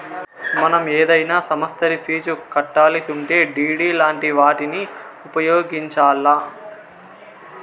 మనం ఏదైనా సమస్తరి ఫీజు కట్టాలిసుంటే డిడి లాంటి వాటిని ఉపయోగించాల్ల